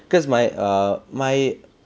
because my err my